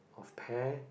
of pear